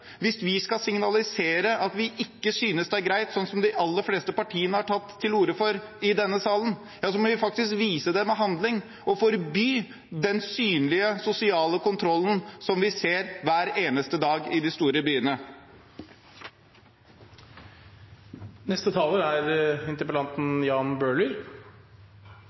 Hvis vi skal signalisere at vi ikke synes det er greit, som de aller fleste partiene har tatt til orde for i denne salen, må vi vise det med handling og forby den synlige sosiale kontrollen som vi ser hver eneste dag i de store